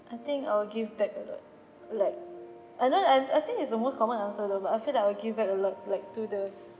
I think I'll give back a lot like I know I I think is the most common answer though but I feel that I will give back a lot like to the